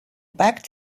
back